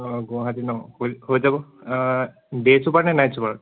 অঁ গুৱাহাটী নহ্ হৈ হৈ যাব ডে' চুপাৰত নে নাইট চুপাৰত